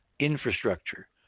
Infrastructure